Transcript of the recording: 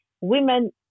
women